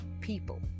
People